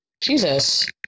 Jesus